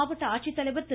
மாவட்ட ஆட்சித்தலைவர் திரு